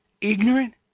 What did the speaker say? ignorant